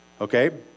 okay